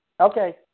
Okay